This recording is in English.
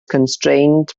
constrained